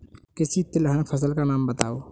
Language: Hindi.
किसी तिलहन फसल का नाम बताओ